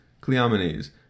Cleomenes